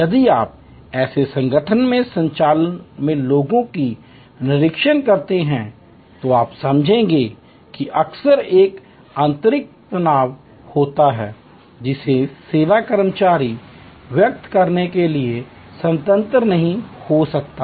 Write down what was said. यदि आप ऐसे संगठनों में संचालन में लोगों का निरीक्षण करते हैं तो आप समझेंगे कि अक्सर एक अंतर्निहित तनाव होता है जिसे सेवा कर्मचारी व्यक्त करने के लिए स्वतंत्र नहीं हो सकता है